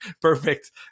perfect